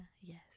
Yes